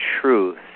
truth